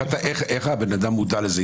איך הבן אדם מודע לזה?